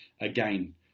again